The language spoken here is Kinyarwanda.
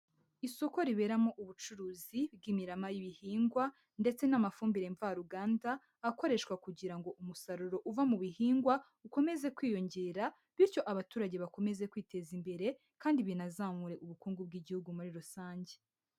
Isoko riberamo ubucuruzi bw'imirama y'ibihingwa ndetse n'amafumbire mvaruganda akoreshwa kugira ngo umusaruro uva mu bihingwa ukomeze kwiyongera bityo abaturage bakomeze kwiteza imbere kandi binazamure ubukungu bw'Igihugu muri rusange.